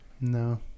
no